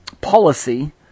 policy